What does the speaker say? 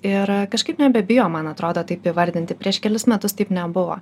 ir kažkaip nebebijo man atrodo taip įvardinti prieš kelis metus taip nebuvo